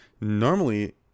normally